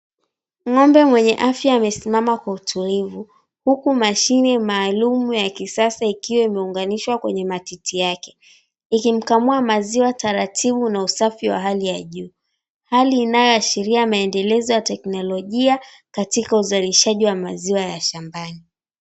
Ng'ombe mwenye afya amesimama kwa utulivu huku mashine maalum ya kisasa ikiwa imeunganishwa kwenye matiti yake ikimkamua maziwa taratibu na usafi wa hali ya juu hali inayoashiria maendelezo ya teknolojia katika uzalishaji wa maziwa ya shambani.